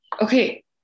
okay